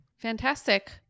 Fantastic